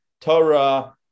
Torah